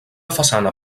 façana